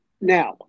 Now